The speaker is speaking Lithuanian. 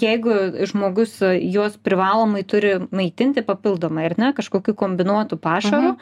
jeigu žmogus juos privalomai turi maitinti papildomai ar ne kažkokiu kombinuotu pašaru